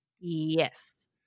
Yes